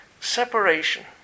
separation